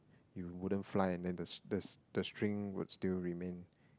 you couldn't fly and then the the the string will still remain